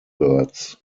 birds